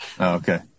Okay